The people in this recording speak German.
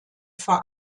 vor